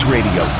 Radio